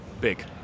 big